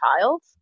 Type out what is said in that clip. child